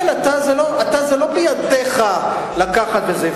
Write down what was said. זה לא בידיך לקחת את זה.